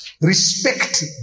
respect